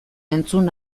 entzun